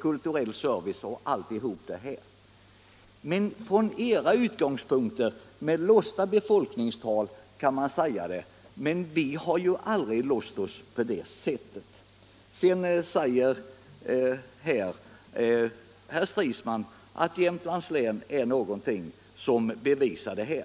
kulturell service och allt detta andra. Från era utgångspunkter, med låsta befolkningstal, kan man ju säga att det skett en ändring, men vi har ju aldrig låst oss på det sättet. Sedan säger herr Stridsman att Jämtlands län bevisar detta.